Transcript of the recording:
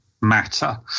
matter